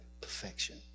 perfection